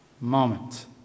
moment